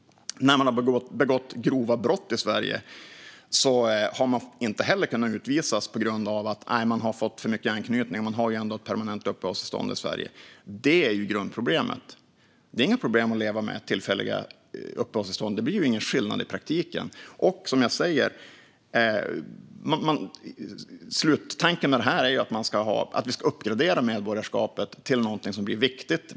När man har begått grova brott i Sverige har man inte kunnat utvisas med hänvisning till att man har anknytning; man har ju ändå ett permanent uppehållstillstånd i Sverige. Detta är grundproblemet. Det är inget problem att leva med tillfälliga uppehållstillstånd. Det blir ju ingen skillnad i praktiken. Och som jag säger är sluttanken med detta att vi ska uppgradera medborgarskapet till något som blir viktigt.